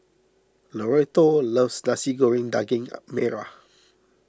Loretto loves Nasi Goreng Daging Merah